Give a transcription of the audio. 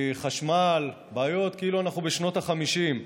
חשמל, בעיות כאילו אנחנו בשנות החמישים,